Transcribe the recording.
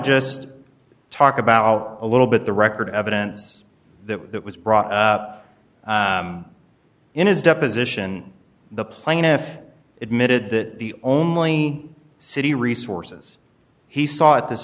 just talk about a little bit the record evidence that was brought up in his deposition the plaintiff admitted that the only city resources he saw at th